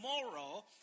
tomorrow